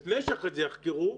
לפני שאחרי זה יחקרו,